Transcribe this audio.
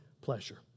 pleasure